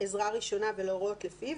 עזרה ראשונה ולהוראות לפיו,